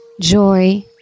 joy